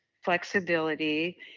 flexibility